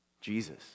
Jesus